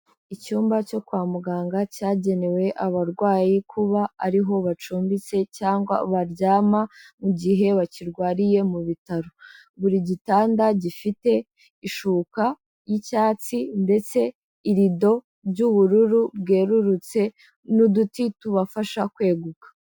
Icyumba cyo kwa muganga cyagenewe abarwayi kuba ariho bacumbitse, cyangwa baryama mu gihe bakirwariye mu bitaro, buri gitanda gifite ishuka y'icyatsi ndetse irido ry'ubururu bwerurutse n'uduti tubafasha kweguka.